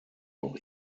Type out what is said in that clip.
auch